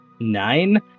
Nine